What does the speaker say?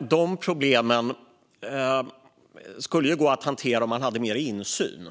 de problemen skulle det gå att hantera om man hade mer insyn.